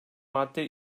madde